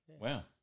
Wow